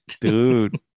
Dude